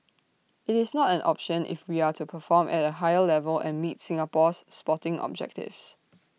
IT is not an option if we are to perform at A higher level and meet Singapore's sporting objectives